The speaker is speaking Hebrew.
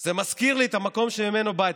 זה מזכיר לי את המקום שממנו באתי.